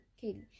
Katie